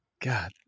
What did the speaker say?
God